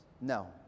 no